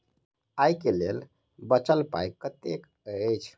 आइ केँ लेल बचल पाय कतेक अछि?